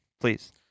Please